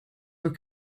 were